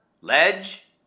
Ledge